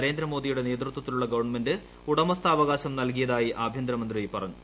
നരേന്ദ്രമോദിയുടെ നേതൃത്വത്തിലുള്ള ഗവൺമെന്റ് ഉടമസ്ഥാവകാശം നൽകിയതായി ആഭ്യന്തരമന്ത്രി പറഞ്ഞു